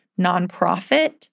nonprofit